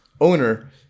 owner